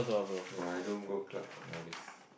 no I don't go club and all this